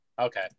Okay